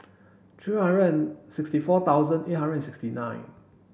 three hundred sixty four thousand eight hundred and sixty nine